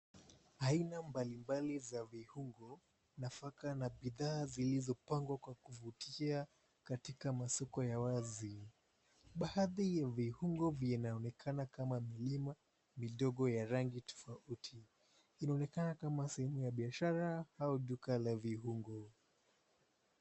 Aina mbalimbali za viungo nafaka na bidhaa zilizopangwa kwa kuvutia katika masoko ya wazi, baadhi ya viungo vinaoenekana kama milima midogo ya rangi tofauti inaonekana kama sehemu ya biashara au duka la viungo.